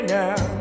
now